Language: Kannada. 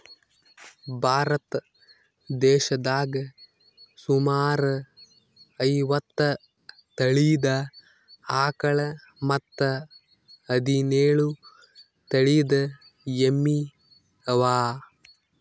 ಭಾರತ್ ದೇಶದಾಗ್ ಸುಮಾರ್ ಐವತ್ತ್ ತಳೀದ ಆಕಳ್ ಮತ್ತ್ ಹದಿನೇಳು ತಳಿದ್ ಎಮ್ಮಿ ಅವಾ